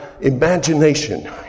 imagination